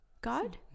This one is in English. God